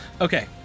Okay